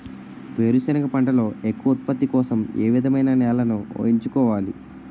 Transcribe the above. వేరుసెనగ పంటలో ఎక్కువ ఉత్పత్తి కోసం ఏ విధమైన నేలను ఎంచుకోవాలి?